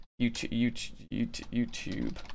YouTube